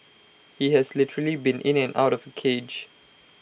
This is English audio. he has literally been in and out of A cage